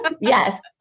yes